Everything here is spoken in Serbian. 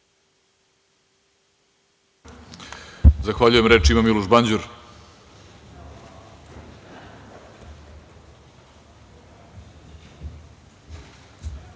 Zahvaljujem. Reč ima Miloš Banđur.